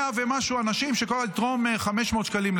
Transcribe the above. ומשהו אנשים שכל אחד יתרום 500 שקלים,